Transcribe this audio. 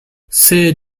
c’est